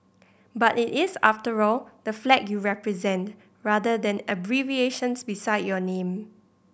but it is after all the flag you represent rather than abbreviations beside your name